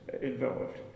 involved